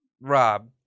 Rob